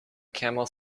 camel